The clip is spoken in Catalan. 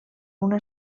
una